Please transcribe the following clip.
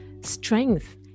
strength